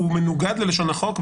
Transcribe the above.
הוא מנוגד ללשון החוק.